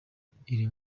riri